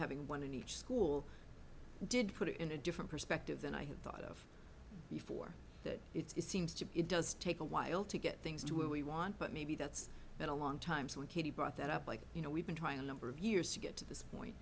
having one in each school did put it in a different perspective than i had thought of before that it's seems to it does take a while to get things to who we want but maybe that's been a long time so when katie brought that up like you know we've been trying to number of years to get to this point